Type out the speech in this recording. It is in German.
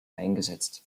eingesetzt